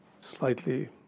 slightly